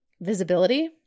visibility